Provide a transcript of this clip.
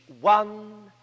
one